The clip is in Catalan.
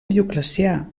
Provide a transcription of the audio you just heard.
dioclecià